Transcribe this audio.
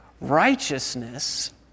Righteousness